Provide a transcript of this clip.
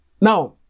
Now